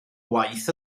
waith